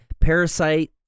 Parasite